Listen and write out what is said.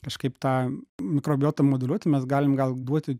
kažkaip tą mikrobiotą moduliuoti mes galim gal duoti